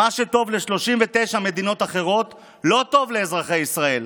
מה שטוב ל-39 מדינות אחרות לא טוב לאזרחי ישראל,